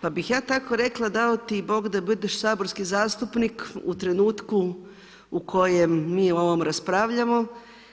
Pa bih ja tako rekla „Dao ti Bog da budeš saborski zastupnik u trenutku u kojem mi o ovom raspravljamo